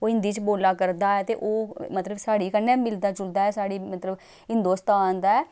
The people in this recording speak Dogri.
ओह् हिंदी च बोलै करदा ऐ ते ओह् मतलब साढ़ी कन्नै मिलदा जुलदा ऐ साढ़ी मतलब हिंदोस्तान दा